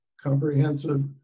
comprehensive